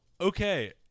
okay